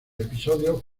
episodio